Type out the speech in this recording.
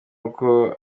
uko